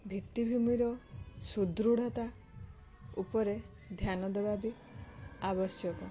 ଭିତିଭୂମିର ସୁଦୃଢ଼ତା ଉପରେ ଧ୍ୟାନ ଦବାବି ଆବଶ୍ୟକ